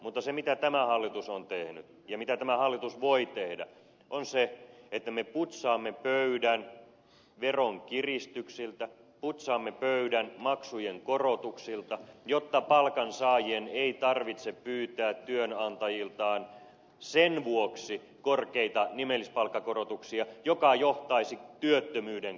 mutta se mitä tämä hallitus on tehnyt ja mitä tämä hallitus voi tehdä on se että me putsaamme pöydän veronkiristyksiltä putsaamme pöydän maksujen korotuksilta jotta palkansaajien ei tarvitse pyytää työnantajiltaan sen vuoksi korkeita nimellispalkkakorotuksia jotka johtaisivat työttömyyden kasvuun